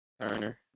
Turner